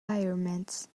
environments